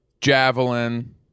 Javelin